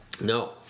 no